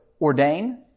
ordain